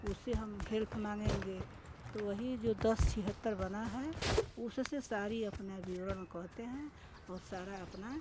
उससे हम हेल्प माँगेंगे तो वही जो दस छिहत्तर बना है उससे सारी अपना विवरण कहते हैं और सारा अपना